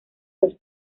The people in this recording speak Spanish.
los